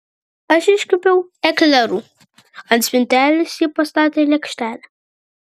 aš iškepiau eklerų ant spintelės ji pastatė lėkštelę